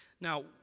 Now